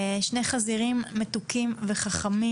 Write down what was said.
חזירים מתוקים וחכמים.